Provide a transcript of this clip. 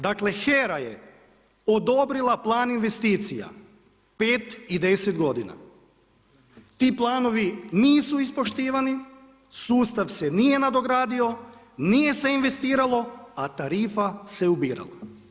Dakle, HERA je odobrila plan investicija, 5 i 10 godina, ti planovi nisu ispoštivani, sustav se nije nadogradio, nije se investiralo a tarifa se ubirala.